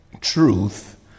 truth